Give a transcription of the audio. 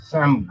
Sam